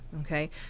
Okay